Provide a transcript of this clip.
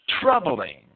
troubling